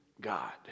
God